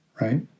right